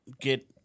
get